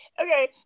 okay